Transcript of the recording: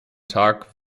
tag